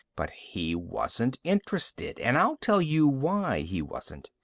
but he wasn't interested. and i'll tell you why he wasn't.